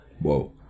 whoa